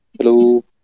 Hello